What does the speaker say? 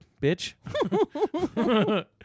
bitch